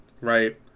right